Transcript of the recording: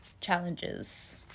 challenges